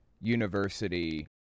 university